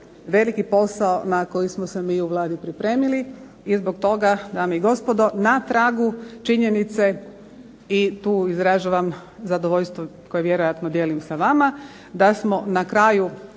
veliki posao na koji smo se mi u Vladi pripremili i zbog toga, dame i gospodo, na tragu činjenice, i tu izražavam zadovoljstvo koje vjerojatno dijelim sa vama, da smo na kraju